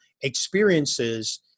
experiences